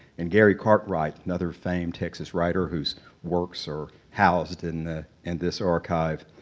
and gary cartwright, another famed texas writer whose works are housed in and this archive